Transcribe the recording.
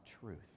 truth